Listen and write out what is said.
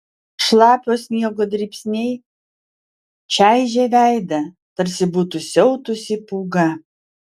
šlapio sniego dribsniai čaižė veidą tarsi būtų siautusi pūga